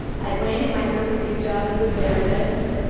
i landed my first big job as a therapist.